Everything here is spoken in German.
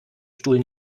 stuhl